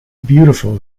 beautiful